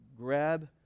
grab